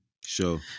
Sure